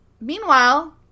Meanwhile